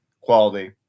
Quality